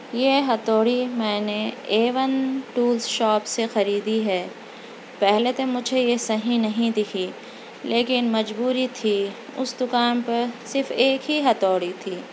یہ ہتھوڑی میں نے اے ون ٹولز شاپ سے خریدی ہے پہلے تو مجھے یہ صحیح نہیں دِکھی لیکن مجبوری تھی اُس دُکان پر صرف ایک ہی ہتھوڑی تھی